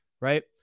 right